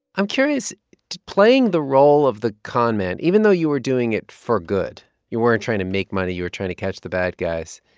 i'm curious playing the role of the con man, even though you were doing it for good you weren't trying to make money. you were trying to catch the bad guys.